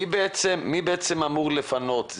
מי בעצם אמור לפנות?